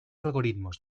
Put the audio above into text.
algoritmos